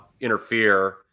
interfere